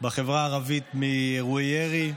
בחברה הערבית מאירועי ירי.